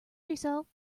yourself